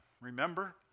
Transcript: Remember